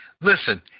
Listen